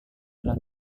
lalu